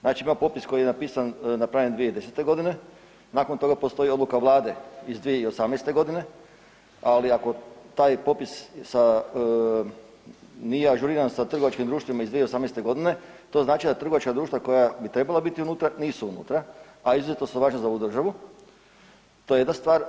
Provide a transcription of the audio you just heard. Znači ima popis koji je napisan, napravljen 2010. godine, nakon toga postoji odluka Vlade iz 2018. godine, ali ako taj popis nije ažuriran sa trgovačkim društvima iz 2018. godine to znači da trgovačka društva koja bi trebala biti unutra, nisu unutra, a izuzetno su važna za ovu državu, to je jedna stvar.